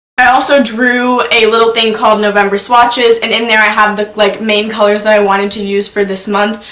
i also drew a little thing called november swatches, and, in there, i have the like main colors that i wanted to use for this month.